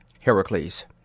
Heracles